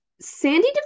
Sandy